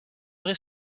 vrai